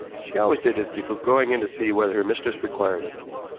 she always did this before going in to see whether her mistress required anything.